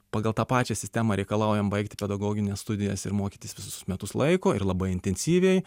pagal tą pačią sistemą reikalaujam baigti pedagogines studijas ir mokytis visus metus laiko ir labai intensyviai